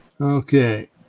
Okay